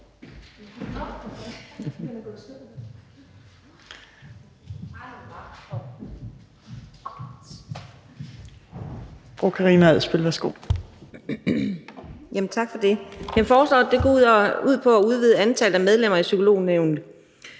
går ud på at udvide antallet af medlemmer i Psykolognævnet